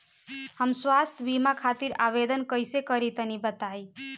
हम स्वास्थ्य बीमा खातिर आवेदन कइसे करि तनि बताई?